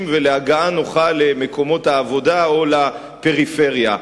ולהגעה נוחה למקומות העבודה או לפריפריה,